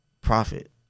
profit